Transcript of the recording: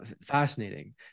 Fascinating